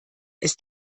ist